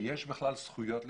שיש בכלל זכויות למפגין.